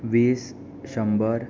वीस शंबर